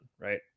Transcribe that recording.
right